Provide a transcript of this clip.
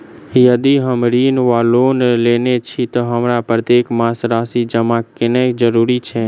यदि हम ऋण वा लोन लेने छी तऽ हमरा प्रत्येक मास राशि जमा केनैय जरूरी छै?